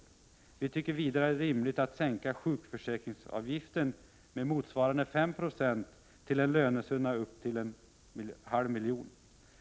Vidare tycker vi det är rimligt att sänka sjukförsäkringsavgiften med motsvarande 5 Yo till en lönesumma upp till en halv miljon.